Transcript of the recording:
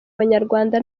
abanyarwanda